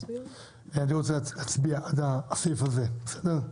אני רוצה להצביע עד הסעיף הזה, בסדר?